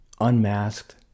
Unmasked